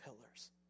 pillars